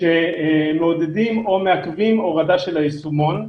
שמעודדים או מעכבים הורדה של היישומון.